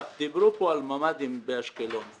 דיברו כאן על ממ"דים באשקלון.